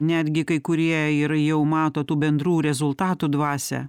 netgi kai kurie ir jau mato tų bendrų rezultatų dvasią